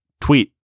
tweet